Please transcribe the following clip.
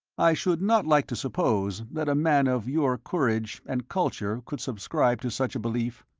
i should not like to suppose that a man of your courage and culture could subscribe to such a belief.